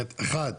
אחת,